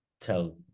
tell